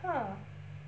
!huh!